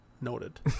noted